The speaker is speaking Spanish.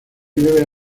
bebe